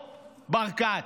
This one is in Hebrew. ברקת,